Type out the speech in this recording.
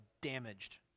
damaged